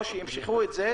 או שימשכו את זה.